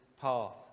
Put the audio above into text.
path